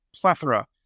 plethora